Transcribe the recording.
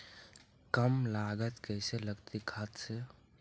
कम लागत कैसे लगतय खाद से?